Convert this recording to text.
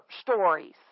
stories